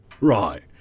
Right